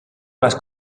más